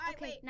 Okay